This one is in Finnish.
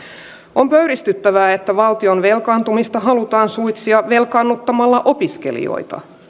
on pöyristyttävää että valtion velkaantumista halutaan suitsia velkaannuttamalla opiskelijoita